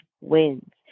wins